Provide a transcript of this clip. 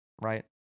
right